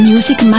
Music